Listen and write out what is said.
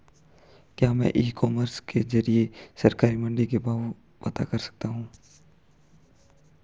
क्या मैं e commerce के ज़रिए सरकारी मंडी के भाव पता कर सकता हूँ?